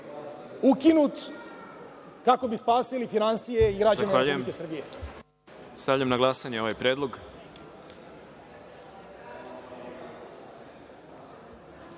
ukinut, kako bi spasili finansije i građane Republike Srbije.